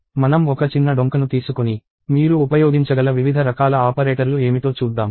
మనం ఒక చిన్న డొంకను తీసుకొని మీరు ఉపయోగించగల వివిధ రకాల ఆపరేటర్లు ఏమిటో చూద్దాం